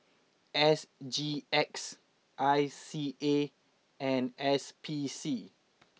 S G X I C A and S P C